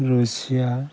Russia